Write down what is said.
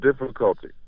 difficulty